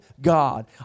God